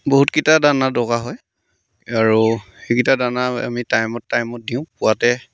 বহুতকেইটা দানা দৰকাৰ হয় আৰু সেইকেইটা দানা আমি টাইমত টাইমত দিওঁ পুৱাতে